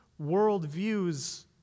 worldviews